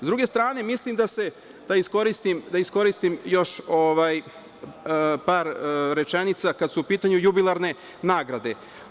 S druge strane, da iskoristim još par rečenica, kada su pitanju jubilarne nagrade.